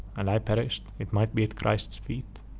and i perished, it might be at christ's feet.